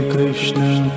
Krishna